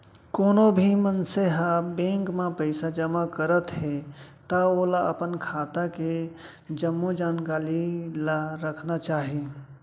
कोनो भी मनसे ह बेंक म पइसा जमा करत हे त ओला अपन खाता के के जम्मो जानकारी ल राखना चाही